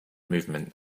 movement